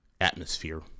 atmosphere